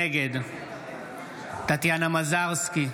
נגד טטיאנה מזרסקי,